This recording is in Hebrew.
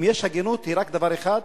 אם יש הגינות היא רק בדבר אחד,